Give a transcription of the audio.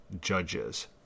judges